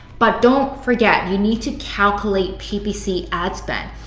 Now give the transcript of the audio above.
but don't forget, you need to calculate ppc ad spend.